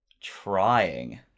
trying